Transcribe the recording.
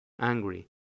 angry